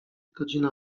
godzina